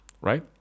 right